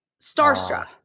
starstruck